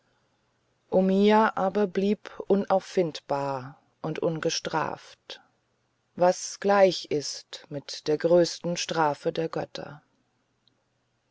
omiya aber blieb unauffindbar und ungestraft was gleich ist mit der größten strafe der götter